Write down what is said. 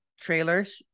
trailers